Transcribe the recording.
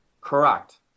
Correct